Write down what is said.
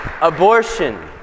Abortion